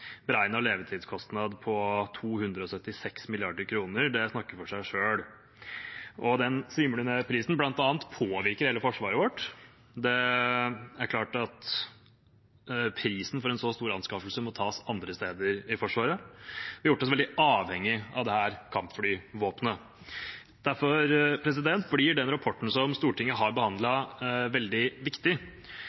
prisen, bl.a., påvirker hele forsvaret vårt; det er klart at prisen for en så stor anskaffelse må tas andre steder i Forsvaret. Vi har gjort oss veldig avhengig av dette kampflyvåpenet. Derfor blir den rapporten som Stortinget har behandlet, veldig viktig.